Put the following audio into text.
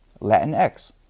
Latinx